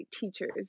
teachers